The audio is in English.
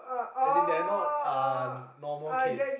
as in they are not uh normal kids